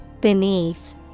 Beneath